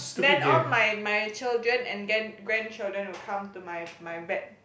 then all my my children and gan~ grandchildren will come to my my vet